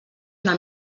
una